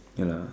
yeah lah